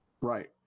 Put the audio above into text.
Right